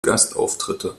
gastauftritte